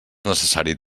necessari